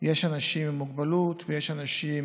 יש אנשים עם מוגבלות, ויש אנשים